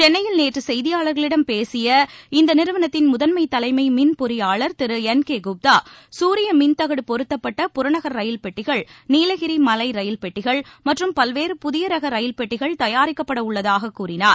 சென்னையில் நேற்று செய்தியாளர்களிடம் பேசிய இந்த நிறுவனத்தின் முதன்மை தலைமை மின் பொறியாளர் திரு என் கே குப்தா சூரிய மின்தகடு பொருத்தப்பட்ட புறநகர் ரயில் பெட்டிகள் நீலகிரி மலை ரயில் பெட்டிகள் மற்றும் பல்வேறு புதிய ரக ரயில் பெட்டிகள் தயாரிக்கப்பட உள்ளதாகக் கூறினார்